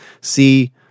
see